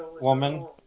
woman